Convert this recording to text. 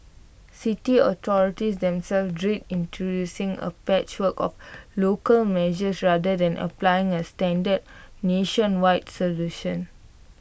city authorities themselves dread introducing A patchwork of local measures rather than applying A standard nationwide solution